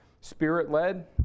Spirit-led